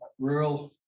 rural